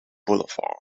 boulevard